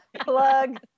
plug